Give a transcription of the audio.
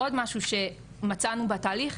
עוד משהו שמצאנו בתהליך,